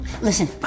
Listen